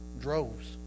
droves